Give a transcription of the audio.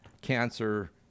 cancer